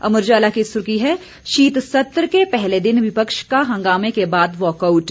अमर उजाला की सुर्खी है शीत सत्र को पहले दिन विपक्ष का हंगामे के बाद वॉकआउट